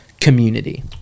community